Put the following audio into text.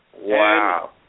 Wow